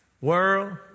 world